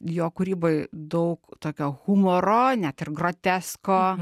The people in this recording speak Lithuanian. jo kūryboj daug tokio humoro net ir grotesko